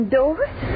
doors